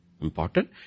important